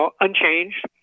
unchanged